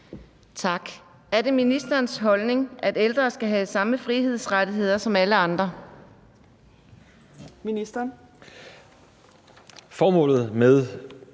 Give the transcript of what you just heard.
(DF): Er det ministerens holdning, at ældre skal have samme frihedsrettigheder som alle andre?